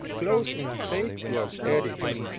close in safe block editor.